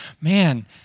man